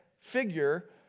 figure